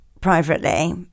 privately